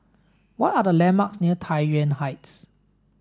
what are the landmarks near Tai Yuan Heights